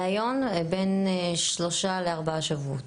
לריאיון, בין שלושה לארבעה שבועות.